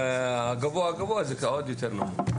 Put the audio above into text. ובגבוה הגבוה זה עוד יותר נמוך.